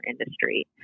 industry